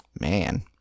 man